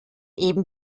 eben